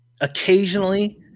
occasionally